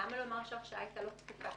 למה לומר שההרשאה הייתה לא תקפה?